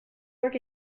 work